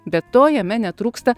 be to jame netrūksta